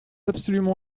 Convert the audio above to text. absolument